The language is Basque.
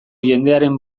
jendearen